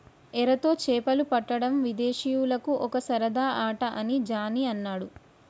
ఎరతో చేపలు పట్టడం విదేశీయులకు ఒక సరదా ఆట అని జానీ అన్నాడు